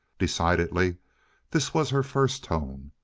decidedly this was her first tone,